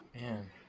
man